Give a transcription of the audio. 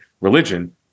religion